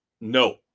No